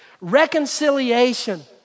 Reconciliation